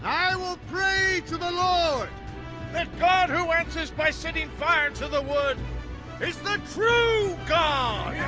i will pray to the lord. the god who answers by setting fire to the wood is the true god!